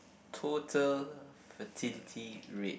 total fertility rate